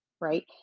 right